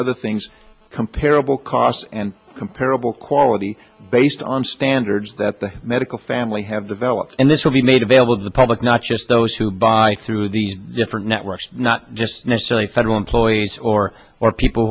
other things comparable cost and comparable quality based on standards that the medical family have developed and this will be made available to the public not just those who buy through the different networks not just necessarily federal employees or or people